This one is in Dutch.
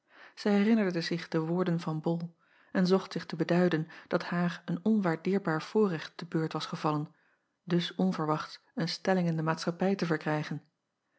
ij herinnerde zich de woorden van ol en zocht zich te beduiden dat haar een onwaardeerbaar voorrecht te beurt was gevallen dus onverwachts een stelling in de maatschappij te verkrijgen